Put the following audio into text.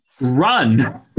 Run